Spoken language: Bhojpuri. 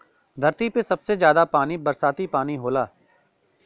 धरती पे सबसे जादा पानी बरसाती पानी होला